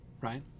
right